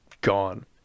gone